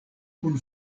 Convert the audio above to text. kun